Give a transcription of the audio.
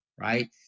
right